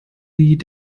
sie